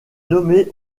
nommé